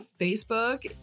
Facebook